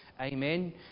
Amen